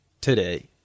today